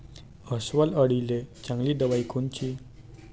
अस्वल अळीले चांगली दवाई कोनची?